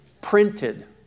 printed